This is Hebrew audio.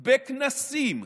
בכנסים,